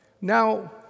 Now